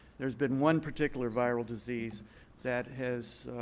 there's been one particular viral disease that has